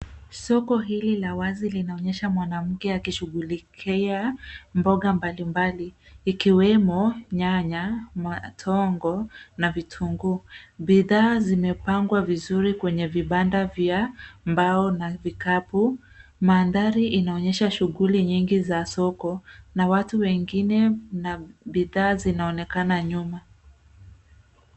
Soko hili la wazi linaonyesha mwanamke akishughulikia mboga mbalimbali ikiwemo nyanya, matongo na vitunguu. Bidhaa zimepangwa vizuri kwenye vibanda vya mbao na vikapu. Mandhari inaonyesha shughuli nyingi za soko na watu wengine na bidhaa zinaonekana nyuma.